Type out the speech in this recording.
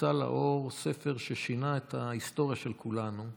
יצא לאור ספר ששינה את ההיסטוריה של כולנו,